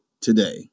today